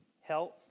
health